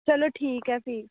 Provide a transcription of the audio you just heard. चलो ठीक ऐ फ्ही